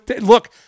look